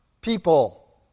people